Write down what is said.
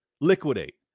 liquidate